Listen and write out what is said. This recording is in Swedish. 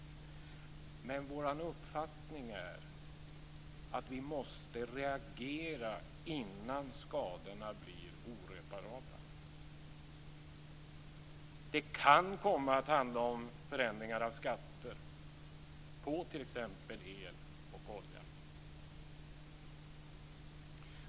Men vår uppfattning är att vi måste reagera innan skadorna blir oreparabla. Det kan komma att handla om förändringar av skatter på t.ex. el och olja.